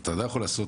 אתה לא יכול לעשות